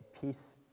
peace